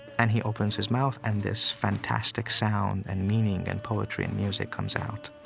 and he opens his mouth and this fantastic sound and meaning and poetry and music comes out.